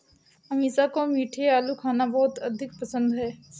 अमीषा को मीठे आलू खाना बहुत अधिक पसंद है